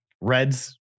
Reds